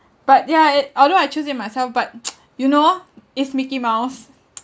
but yeah it although I choose it myself but you know it's mickey mouse